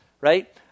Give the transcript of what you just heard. right